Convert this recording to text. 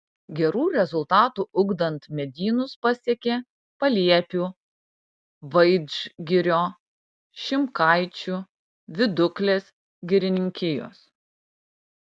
gerų rezultatų ugdant medynus pasiekė paliepių vadžgirio šimkaičių viduklės girininkijos